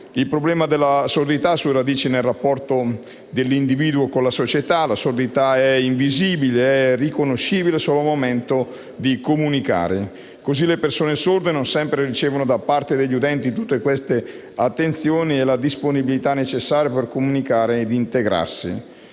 Il problema della sordità ha le sue radici nel rapporto dell'individuo con la società: la sordità è invisibile e conoscibile solo al momento di comunicare. Così le persone sorde non sempre ricevono da parte degli udenti tutte le necessarie attenzioni e la disponibilità necessaria per comunicare e integrarsi.